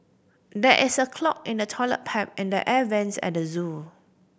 there is a clog in the toilet pipe and the air vents at the zoo